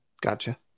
gotcha